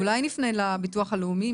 אולי נפנה לביטוח הלאומי,